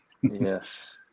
Yes